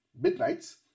Midnight's